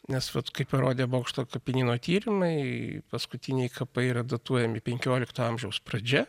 nes vat kaip parodė bokšto kapinyno tyrimai paskutiniai kapai yra datuojami penkiolikto amžiaus pradžia